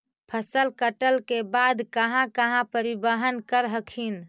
फसल कटल के बाद कहा कहा परिबहन कर हखिन?